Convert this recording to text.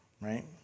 Right